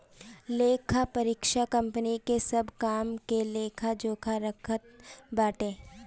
लेखापरीक्षक कंपनी के सब काम के लेखा जोखा रखत बाटे